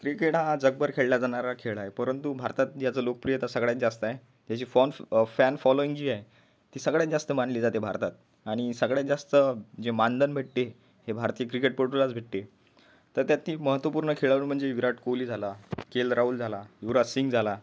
cricket हा जगभर खेळला जाणारा खेळ आहे परंतु भारतात ह्याचं लोकप्रियता सगळ्यात जास्त आहे त्याची फॉन फॅन फॉलोइंग जी आहे ती सगळ्यात जास्त मानली जाते भारतात आणि सगळ्यात जास्त जे मानधन भेटते हे भारतीय क्रिकेटपटूलाच भेटते त त्यातील महत्त्वपूर्ण खेळाडू म्हणजे विराट कोहली झाला केल राहुल झाला युवराज सिंग झाला